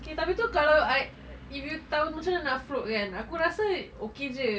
okay tapi tu kalau I if you tahu macam mana nak float kan aku rasa okay jer